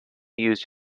used